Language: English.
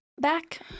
back